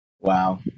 Wow